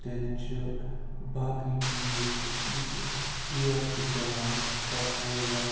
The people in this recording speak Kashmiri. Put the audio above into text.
تیٚلہِ چھُ باقٕے چیٖز تہِ مےٚ چھِ أسۍ اِیَر چھِ چٮ۪وان یِتہِ چھِ فرٛش روزان